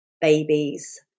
babies